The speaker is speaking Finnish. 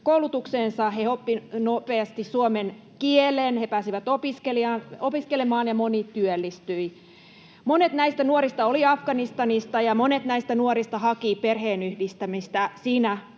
koulutukseensa. He oppivat nopeasti suomen kielen, he pääsivät opiskelemaan ja moni työllistyi. Monet näistä nuorista olivat Afganistanista, ja monet näistä nuorista hakivat perheenyhdistämistä siinä